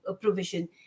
provision